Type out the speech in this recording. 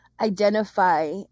identify